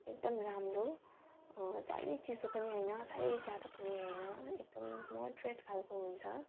एकदम राम्रो साह्रै चिसो पनि होइन साह्रै जाडो पनि होइन एकदम मोडरेट खाले हुन्छ